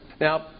Now